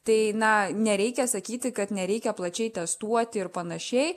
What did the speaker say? tai na nereikia sakyti kad nereikia plačiai testuoti ir panašiai